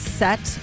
set